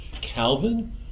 Calvin